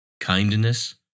kindness